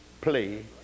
play